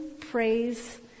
praise